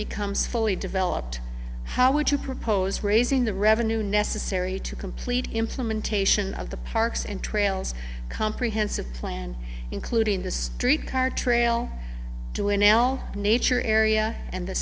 becomes fully developed how would you propose raising the revenue necessary to complete implementation of the parks and trails comprehensive plan including the street car trail to a now nature area and the